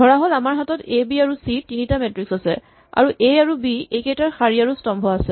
ধৰাহ'ল আমাৰ হাতত এ বি আৰু চি তিনিটা মেট্ৰিক্স আছে আৰু এ আৰু বি ৰ এইকেইটা শাৰী আৰু স্তম্ভ আছে